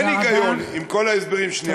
אין היגיון, עם כל ההסברים, תודה רבה.